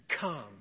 come